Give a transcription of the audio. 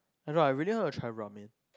I don't know I really want to try ramen